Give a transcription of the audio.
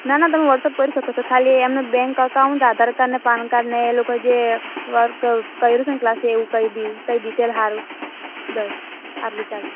ના ના તમે વોટ્સએપ કરી શકો છો ખાલી એમનું બેન્ક અકાઉન્ટ આધારકાર્ડ ને પાનકાર્ડ ને એ લોકો જે વર્ક કર્યું છે ક્લાસ એવું કઈ બી કઈ ડીટેલ હારું બસ આટલું ચાલે